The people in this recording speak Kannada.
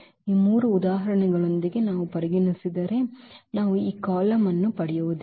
ಈ ಮೂರು ಉದಾಹರಣೆಗಳೊಂದಿಗೆ ನಾವು ಪರಿಗಣಿಸಿದರೆ ನಾವು ಈ ಕಾಲಮ್ ಅನ್ನು ಪಡೆಯುವುದಿಲ್ಲ